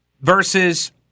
versus